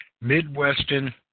Midwestern